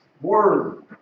Word